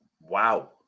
wow